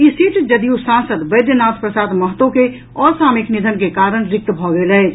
ई seat JDU सांसद बैद्यनाथ प्रसाद महतो के असामायिक निधन के कारण रिक्त भऽ गेल छल